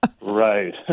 Right